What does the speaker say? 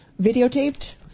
videotaped